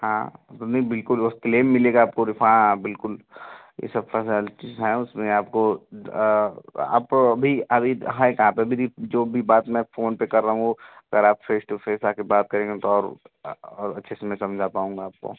हाँ तो नहीं बिल्कुल वो क्लेम मिलेगा आपको हाँ बिल्कुल ये सब फैसेलटीज़ हैं उसमें आपको आप अभी अभी हैं कहाँ अभी तक जो भी बात मैं फोनपे कर रहा हूँ वो अगर आप फेस टू फेस आ कर बात करेंगे तो और और अच्छे से मैं समझा पाऊँगा आपको